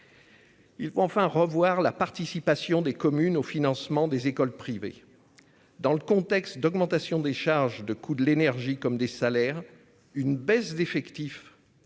Il enfin revoir la participation des communes au financement des écoles privées. Dans le contexte d'augmentation des charges de coût de l'énergie comme des salaires, une baisse d'effectifs